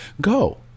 go